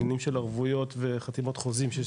עניינים של ערבויות וחתימות חוזים שיש